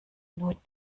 nur